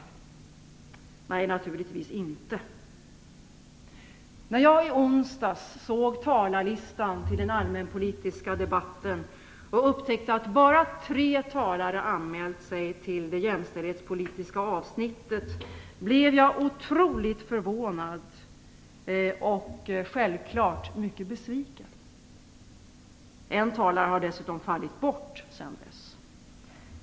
Nej, naturligtvis inte! När jag i onsdags såg talarlistan till den allmänpolitiska debatten och upptäckte att bara tre talare anmält sig till det jämställdhetspolitiska avsnittet blev jag otroligt förvånad och självklart besviken. En talare har dessutom fallit bort sedan dess.